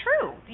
true